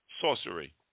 Sorcery